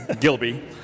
Gilby